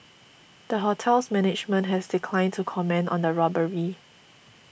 the hotel's management has declined to comment on the robbery